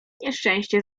nieszczęście